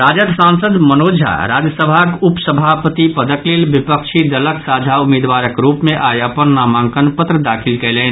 राजद सांसद मनोज झा राज्य सभाक उप सभापति पदक लेल विपक्षी दलक साझा उम्मीदवारक रूप मे आई अपन नामांकन पत्र दाखिल कयलनि